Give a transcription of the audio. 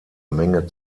menge